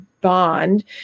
bond